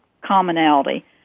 commonality